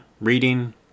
reading